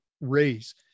raise